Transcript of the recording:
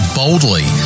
boldly